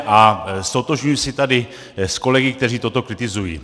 A ztotožňuji se tady s kolegy, kteří toto kritizují.